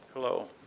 Hello